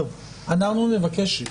אנחנו עוד